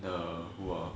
the !wah!